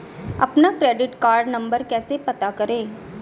अपना credit card number कैसे पता करें?